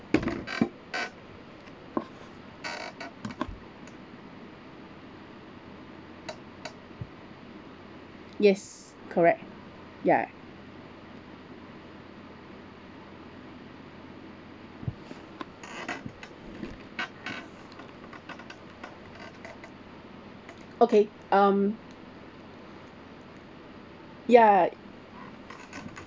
yes correct ya okay um ya